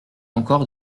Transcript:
encore